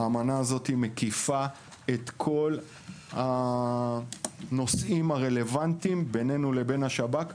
האמנה הזאת מקיפה את כל הנושאים הרלוונטיים בעבודה בינינו לבין השב"כ,